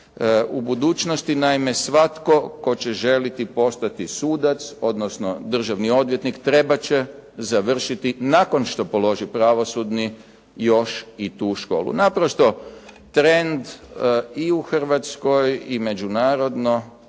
U budućnosti svatko tko će željeti postati sudac odnosno državni odvjetnik trebat će završiti nakon što položi pravosudni još i tu školu. Naprosto trend i u Hrvatskoj i međunarodno